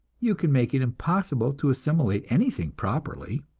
you can make it impossible to assimilate anything properly.